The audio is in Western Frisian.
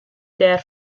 dêr